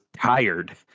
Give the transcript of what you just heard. tired